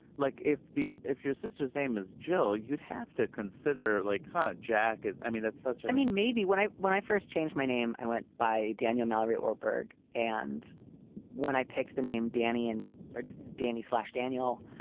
like, if the if your sister's name is jill, you'd have to consider like her jack is i mean, that's such i mean, maybe when i when i first change my name, i went by daniel mallory ortberg and when i picked the name danny and ah danny slash daniel,